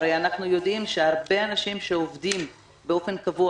הרי אנחנו יודעים שהרבה אנשים שעובדים באופן קבוע,